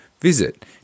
Visit